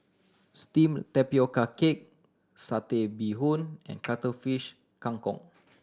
steamed tapioca cake Satay Bee Hoon and Cuttlefish Kang Kong